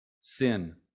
sin